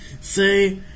say